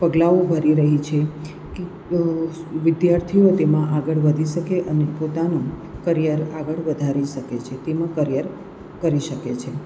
પગલાઓ ભરી રહી છે વિદ્યાર્થીઓ તેમાં આગળ વધી શકે અને પોતાનું કરિયર આગળ વધારે શકે છે તેમાં કરિયર કરી શકે છે